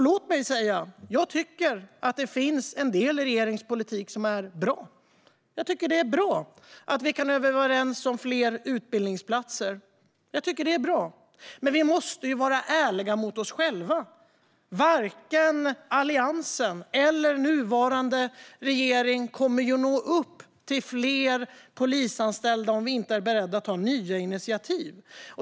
Låt mig säga att jag tycker att det finns en del i regeringens politik som är bra. Jag tycker att det är bra att vi kan vara överens om fler utbildningsplatser. Det är bra, men vi måste ju vara ärliga mot oss själva: Varken Alliansen eller nuvarande regering kommer att nå upp till fler polisanställda om vi inte är beredda att ta nya initiativ.